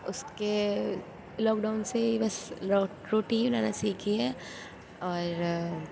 اُس کے lockdown سے ہی بس رو روٹی بنانا سیکھی ہے اور